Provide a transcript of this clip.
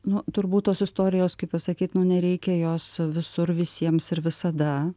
nu turbūt tos istorijos kaip pasakyt nu nereikia jos visur visiems ir visada